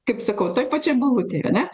kaip sakau toj pačioj balutėj ane